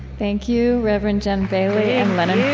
thank you, rev. and jen bailey and lennon